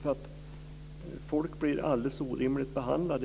Folk blir i vissa fall alldeles orimligt behandlade.